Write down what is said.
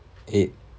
eight